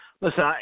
Listen